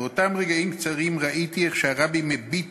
באותם רגעים קצרים ראיתי איך שהרבי מביט